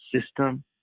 system